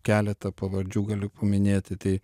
keletą pavardžių galiu paminėti tai